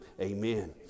amen